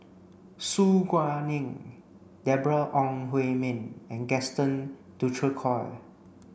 Su Guaning Deborah Ong Hui Min and Gaston Dutronquoy